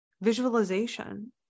visualization